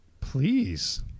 Please